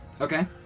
Okay